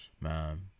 Man